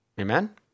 Amen